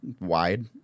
wide